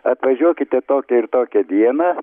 atvažiuokite tokią ir tokią dieną